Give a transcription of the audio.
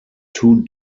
two